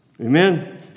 Amen